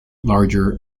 larger